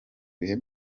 bihe